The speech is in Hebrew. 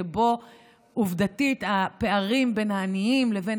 שבו עובדתית הפערים בין העניים לבין